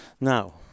Now